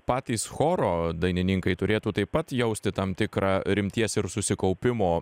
patys choro dainininkai turėtų taip pat jausti tam tikrą rimties ir susikaupimo